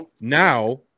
Now